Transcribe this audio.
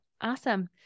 awesome